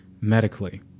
medically